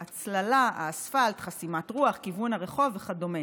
ההצללה, האספלט, חסימת רוח, כיוון הרחוב וכדומה.